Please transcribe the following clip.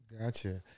Gotcha